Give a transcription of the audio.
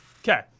Okay